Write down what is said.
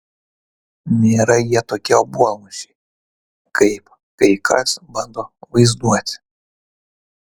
nėra jie tokie obuolmušiai kaip kai kas bando vaizduoti